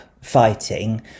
fighting